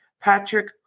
Patrick